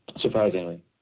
surprisingly